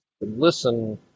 listen